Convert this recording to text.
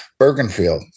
Bergenfield